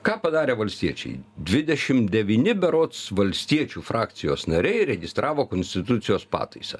ką padarė valstiečiai dvidešim devyni berods valstiečių frakcijos nariai registravo konstitucijos pataisą